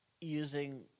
using